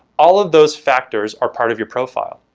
all of those factors are part of your profile.